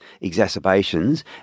exacerbations